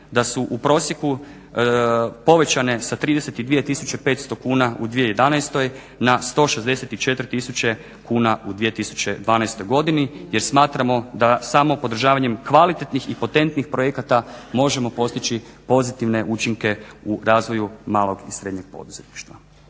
da su u prosjeku povećane sa 32500 kuna u 2011. na 164000 kuna u 2012. godini jer smatramo da samo podržavanjem kvalitetnih i potentnih projekata možemo postići pozitivne učinke u razvoju malog i srednjeg poduzetništva.